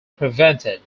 prevented